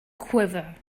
quiver